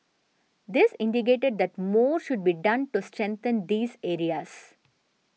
this indicated that more should be done to strengthen these areas